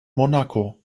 monaco